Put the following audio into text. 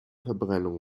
verbrennung